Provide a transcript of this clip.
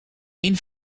een